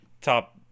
top